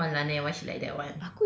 !walao! eh why she like that [one]